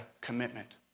commitment